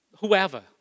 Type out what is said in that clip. whoever